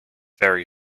very